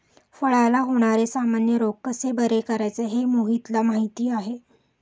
फळांला होणारे सामान्य रोग कसे बरे करायचे हे मोहितला माहीती आहे